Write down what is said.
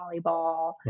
volleyball